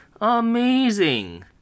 amazing